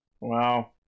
Wow